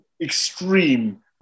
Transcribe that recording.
extreme